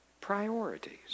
priorities